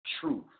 truth